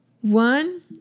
one